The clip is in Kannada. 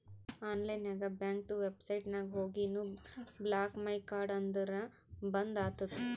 ಆನ್ಲೈನ್ ನಾಗ್ ಬ್ಯಾಂಕ್ದು ವೆಬ್ಸೈಟ್ ನಾಗ್ ಹೋಗಿನು ಬ್ಲಾಕ್ ಮೈ ಕಾರ್ಡ್ ಅಂದುರ್ ಬಂದ್ ಆತುದ